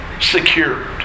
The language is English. secured